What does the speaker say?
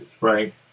right